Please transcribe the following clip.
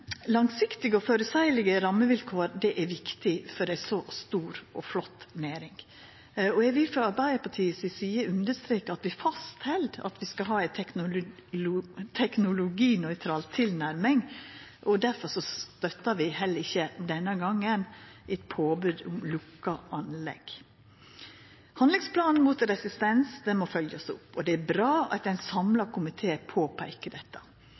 Langsiktige og føreseielege rammevilkår er viktig for ei så stor og flott næring. Eg vil frå Arbeidarpartiets side understreka at vi held fast på at vi skal ha ei teknologinøytral tilnærming. Difor støttar vi heller ikkje denne gongen eit påbod om lukka anlegg. Handlingsplanen mot resistens må følgjast opp. Det er bra at ein samla komité påpeikar dette.